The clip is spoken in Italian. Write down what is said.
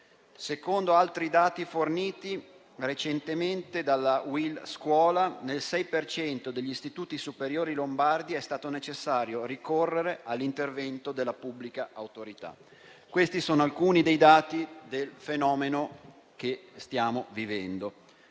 Secondo altri dati forniti recentemente dalla UIL Scuola, nel 6 per cento degli istituti superiori lombardi è stato necessario ricorrere all'intervento della pubblica autorità. Questi sono alcuni dei dati del fenomeno che stiamo vivendo.